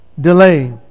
delay